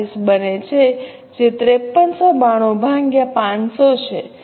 7840 બને છે જે 5392 ભાગ્યા 500 છે